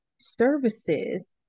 services